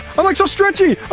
but like so stretchy!